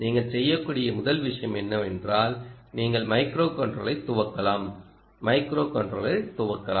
நீங்கள் செய்யக்கூடிய முதல் விஷயம் என்னவென்றால் நீங்கள் மைக்ரோகண்ட்ரோலரை துவக்கலாம் மைக்ரோகண்ட்ரோலரை துவக்கலாம்